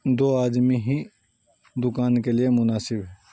دو آدمی ہی دکان کے لیے مناسب ہے